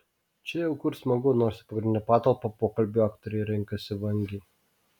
čia jauku ir smagu nors į pagrindinę patalpą pokalbiui aktoriai renkasi vangiai